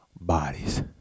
bodies